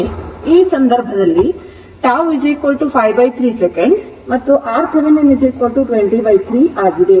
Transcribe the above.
ಆದ್ದರಿಂದ ಈ ಸಂದರ್ಭದಲ್ಲಿ τ 53 ಸೆಕೆಂಡ್ ಮತ್ತು RThevenin 203 ಆಗಿದೆ